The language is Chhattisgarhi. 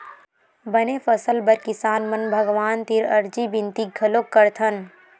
बने फसल बर किसान मन भगवान तीर अरजी बिनती घलोक करथन